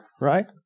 right